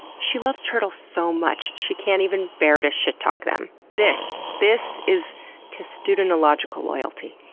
she loves turtles so much, she can't even bear to shit-talk them. this! this is testudinological loyalty.